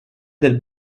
del